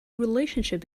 relationship